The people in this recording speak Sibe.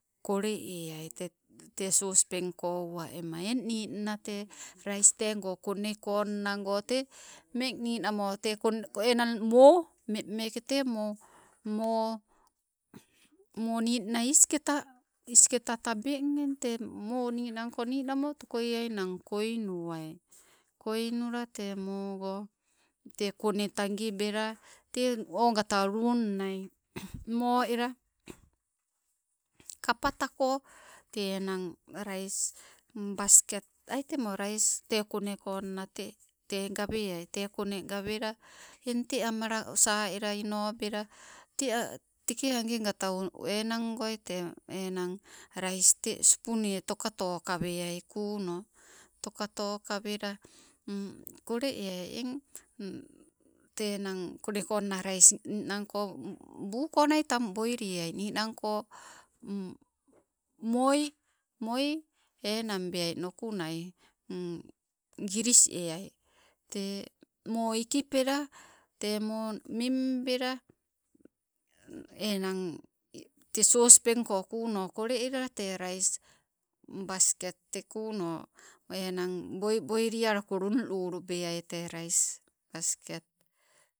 Kole eai tee te sospengko uwa emma, eng ninna tee rais tego konne ko nngo te mmen ninamo te kone enang moo, mengmeke, tee moo ninna isketa, isketa tabeng, eng te moo ninangko ninamo toko eainang koinuai. Koinula tego mogo te kone tagibela, teng ogate lung nai mo ela kapatako te enang rais basket ai temmo rais temmo koneko nna tee, te gaweai tee konee gawele eng ta amai saa ela inobela te a' teke agegata enangoi te enang rais te spunie toka tokaweai kuuno. Toka toka wela, kole eai eng tee enang kone konna rais ninangko buu ko nai tang boilieai, ninang ko moi, moi enang beai nukunai, giris eai te moo ikipela te moo mimbela enang, te sospengko kuuno kole ela te rais, basket te kuuno enang boiboili alako lulubeai tee rais basket.